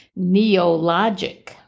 neologic